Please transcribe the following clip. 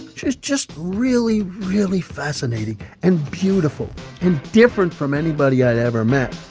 she's just really, really fascinating and beautiful and different from anybody i'd ever met